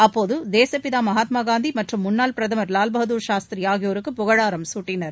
அப்போது தேசுப்பிதா மகாத்மா காந்தி மற்றும் முன்னாள் பிரதமர் வால்பகதூர் சாஸ்திரி ஆகியோருக்கு புகழாரம் குட்டினர்